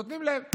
נותנים להם.